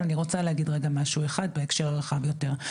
אבל אני רוצה להגיד דבר אחד בהקשר הרחב יותר: